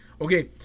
Okay